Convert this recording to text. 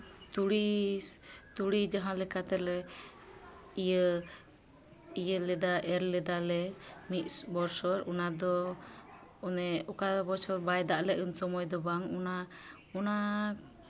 ᱛᱩᱲᱤ ᱛᱩᱲᱤ ᱡᱟᱦᱟᱸ ᱞᱮᱠᱟ ᱛᱮᱞᱮ ᱤᱭᱟᱹ ᱤᱭᱟᱹ ᱞᱮᱫᱟ ᱮᱨᱻ ᱞᱮᱫᱟ ᱞᱮ ᱢᱤᱫ ᱵᱚᱪᱷᱚᱨ ᱚᱱᱟᱫᱚ ᱚᱱᱮ ᱚᱠᱟ ᱵᱚᱪᱷᱚᱨ ᱵᱟᱭ ᱫᱟᱜ ᱞᱮᱫ ᱩᱱ ᱥᱚᱢᱚᱭ ᱫᱚ ᱵᱟᱝ ᱚᱱᱟ ᱚᱱᱟ